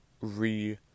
re